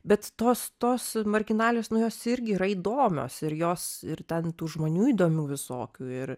bet tos tos marginalijos nu jos irgi yra įdomios ir jos ir ten tų žmonių įdomių visokių ir